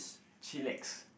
chillax